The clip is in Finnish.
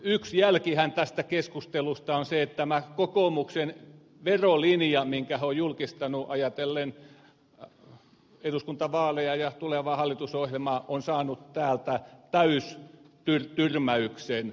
yksi jälkihän tästä keskustelusta on se että kokoomuksen verolinja minkä se on julkistanut ajatellen eduskuntavaaleja ja tulevaa hallitusohjelmaa on saanut täältä täystyrmäyksen